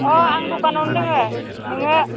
अ आं दखानावनो दोङो नोङो